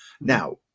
Now